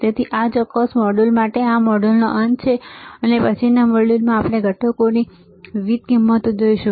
તેથી આ ચોક્કસ મોડ્યુલ માટે આ મોડ્યુલનો અંત છે અને પછીના મોડ્યુલમાં આપણે અલગ ઘટકોની વિવિધ કિંમતો જોઈશું